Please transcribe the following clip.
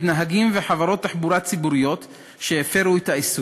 נהגים וחברות תחבורה ציבורית שהפרו את האיסור.